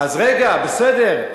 אז רגע, בסדר.